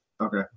okay